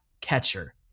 catcher